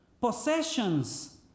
Possessions